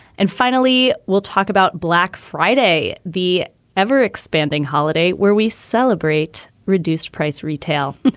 and finally, we'll talk about black friday, the ever expanding holiday where we celebrate reduced price retail.